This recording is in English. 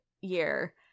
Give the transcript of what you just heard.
year